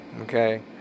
Okay